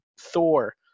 Thor